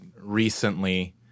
recently